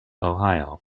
ohio